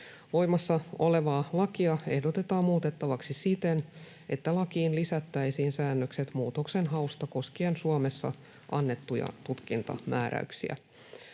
Voimassa olevaa lakia ehdotetaan muutettavaksi siten, että lakiin lisättäisiin säännökset muutoksenhausta koskien Suomessa annettuja tutkintamääräyksiä.